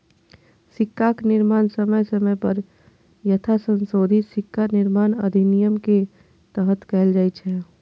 सिक्काक निर्माण समय समय पर यथासंशोधित सिक्का निर्माण अधिनियम के तहत कैल जाइ छै